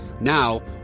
Now